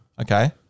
Okay